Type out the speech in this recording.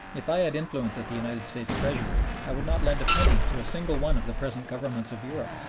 if i had influence at the united states treasury, i would not lend a penny to a single one of the present governments of europe.